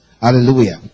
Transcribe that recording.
hallelujah